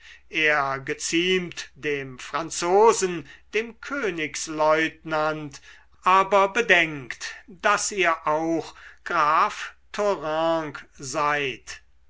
er geziemt dem franzosen dem königslieutenant aber bedenkt daß ihr auch graf thoranc seid